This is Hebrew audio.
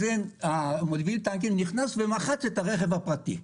מוביל הטנק נכנס ומחץ את הרכב הפרטי.